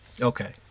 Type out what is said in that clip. Okay